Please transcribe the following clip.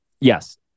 yes